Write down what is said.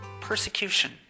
persecution